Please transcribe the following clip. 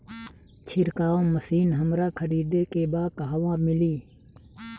छिरकाव मशिन हमरा खरीदे के बा कहवा मिली?